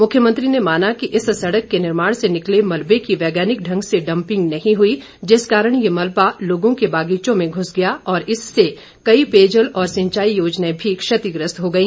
मुख्यमंत्री ने माना कि इस सड़क के निर्माण से निकले मलबे की वैज्ञानिक ढंग से डंपिंग नहीं हुई जिस कारण ये मलबा लोगों के बागीचों में घुस गया और इससे कई पेयजल तथा सिंचाई योजनाएं भी क्षतिग्रस्त हो गई